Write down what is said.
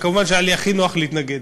ומובן שהיה לי הכי נוח להתנגד,